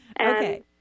okay